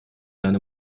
deine